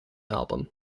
album